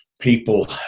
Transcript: People